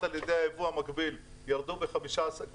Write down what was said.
על ידי היבוא המקביל ירדו בכ-15%.